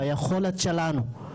ביכולת שלנו,